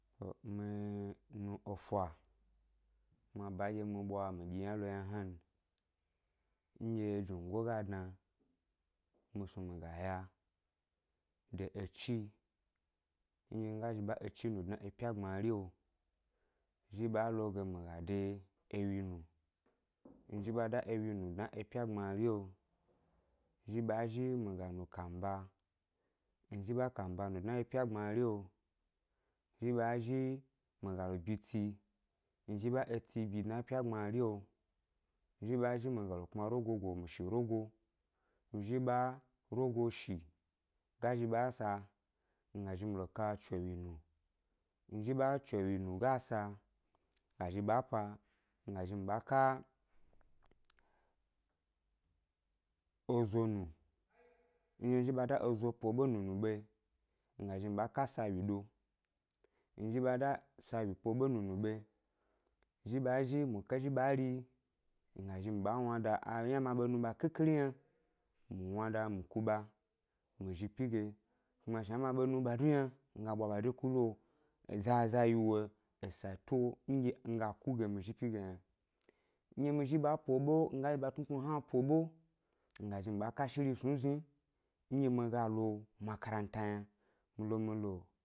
Mi mi efa mi banɗye mi ɓwa mi ɗyi yna lo yna hna n, nɗye jnungo ga dna, mi snu mi ga ya de echi yi, nɗye mi ga zhi ɓa echi nu dna é epya gbmario, zhi ɓa lo ge mi ga de ewyi nu, mi zhi ɓa da ewyi nu dna é epya gbmario, zhi ɓa zhi mi ga nu kamba, mi zhi ɓa kamba nu dna é epya gbmari lo, zhi ɓa zhi mi ga lo byi ʻtsi, mi zhi ɓǎ etsi byi dna é ʻpya gbmario, zhi ɓa zhi mi ga lo kpma rogo ʻgo mi shi rogo, mi zhi ɓa rogo shi ga zhi ɓa sa, mi ga zhi mi lo ka chewyi nu, mi zhi ba chewyi nu ga sa ga zhi ɓa pa mi ga zhi ɓa pa, mi ga zhi mi ɓa ka ezo nu, nɗye mi zhi ɓa da ezo po ʻɓe nunu ɓe yi, mi ga zhi mi ɓa ka sawyi ɗo, mi zhi ɓa dá sawyi po ʻɓe nunu ɓe yi, zhi ɓa zhi muke zhi ɓa ri, mi ga zhi mi ɓa wnada ayna ma ɓe nu ɓa khikhiri yna, mi wnada mi ku ɓa zhi pyi ge, kuma shnanɗye ma ɓe nu ɓa du yna mi ga ɓwa ɓa de ku lo, zaza yi wo esa yi to nɗye mi ga ku ge mi zhi ʻpyi ge yna, nɗye mi zhi ɓǎ po ʻɓe mi ga zhi mi ɓa ka shiri snu nɗye mi ga lo makaranta yna, mi lo mi lo